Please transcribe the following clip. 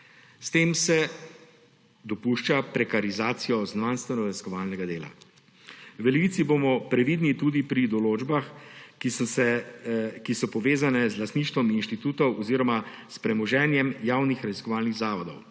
S tem se dopušča prekarizacijo znanstvenoraziskovalnega dela. V Levici bomo previdni tudi pri določbah, ki so povezane z lastništvom inštitutov oziroma s premoženjem javnih raziskovalnih zavodov.